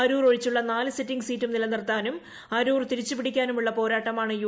അരൂർ ഒഴിച്ചുള്ള നാലു സിറ്റിങ്ങ് സീറ്റും നിലനിർത്താനും അരൂർ തിരിച്ചുപിടിക്കാനുമുള്ള പോരാട്ടമാണ് യൂ